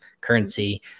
currency